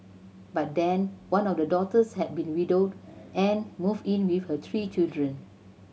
by then one of the daughters had been widowed and moved in with her three children